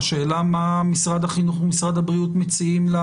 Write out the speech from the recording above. השאלה מה משרד החינוך ומשרד הבריאות מציעים?